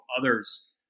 others